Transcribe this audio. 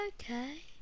okay